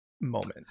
moment